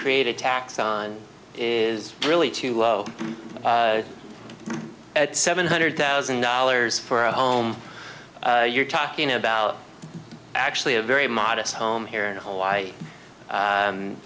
create a tax on is really too low at seven hundred thousand dollars for a home you're talking about actually a very modest home here in hawaii